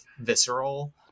visceral